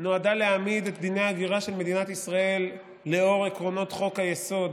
נועדה להעמיד את דיני ההגירה של מדינת ישראל לאור עקרונות חוק-יסוד: